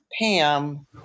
pam